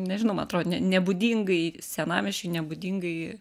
nežinau man atrodo ne nebūdingai senamiesčiui nebūdingai